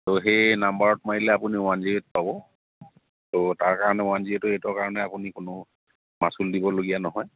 ত' সেই নাম্বাৰত মাৰিলে আপুনি ওৱান জিৰ' এইট পাব ত' তাৰ কাৰণে ওৱান জিৰ' এইট ৰ এইট ৰ কাৰণে আপুনি কোনো মাচুল দিবলগীয়া নহয়